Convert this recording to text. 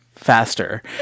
faster